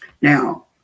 Now